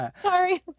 Sorry